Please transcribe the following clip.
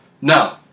No